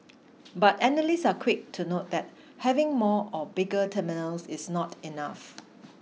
but analysts are quick to note that having more or bigger terminals is not enough